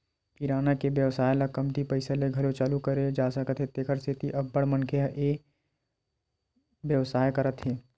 किराना के बेवसाय ल कमती पइसा ले घलो चालू करे जा सकत हे तेखर सेती अब्बड़ मनखे ह ए बेवसाय करत हे